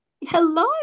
Hello